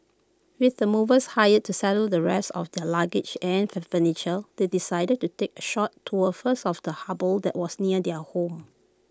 with the movers hired to settle the rest of their luggage and their furniture they decided to take A short tour first of the harbour that was near their home